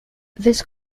this